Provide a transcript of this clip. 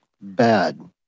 Bad